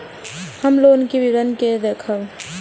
हम लोन के विवरण के देखब?